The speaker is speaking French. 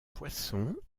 poisson